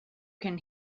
can